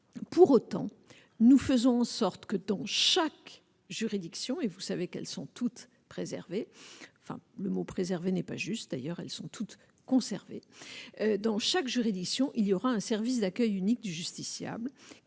Pour autant, nous faisons en sorte que dans chaque juridiction, et vous savez qu'elles sont toutes préservé, enfin le mot préserver n'est pas juste d'ailleurs, elles sont toutes conservées dans chaque juridiction, il y aura un service d'accueil unique du justiciable